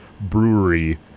brewery